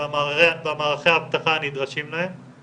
במערכי האבטחה הנדרשים להם,